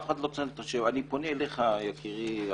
אני פונה אליך אדוני המבקר.